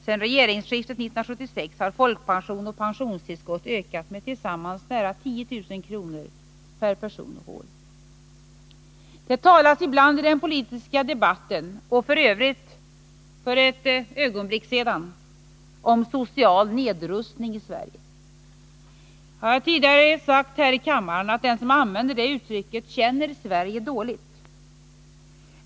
Sedan regeringsskiftet 1976 har folkpension och pensionstillskott ökat med tillsammans nära 10 000 kr. per person och år. Det talas ibland i den politiska debatten — det var f. ö. fallet också för ett ögonblick sedan — om social nedrustning i Sverige. Jag har tidigare sagt här i kammaren att den som använder det uttrycket känner Sverige dåligt.